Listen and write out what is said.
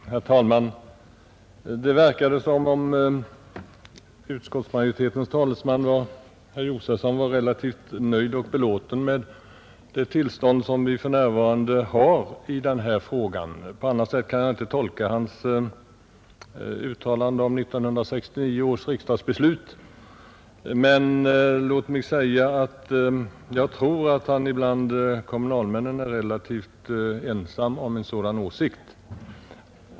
Herr talman! Det verkade som om utskottets talesman herr Josefsson i Halmstad var relativt nöjd och belåten med det tillstånd vi för närvarande har på detta område; på annat sätt kan jag inte tolka hans uttalande om 1969 års riksdagsbeslut. Men låt mig säga att han bland kommunalmännen är relativt ensam om denna åsikt.